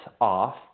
off